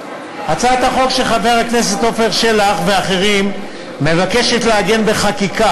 הצעת החוק של חבר הכנסת עפר שלח ואחרים מבקשת לעגן בחקיקה